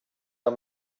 are